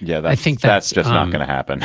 yeah. i think that's just not going to happen.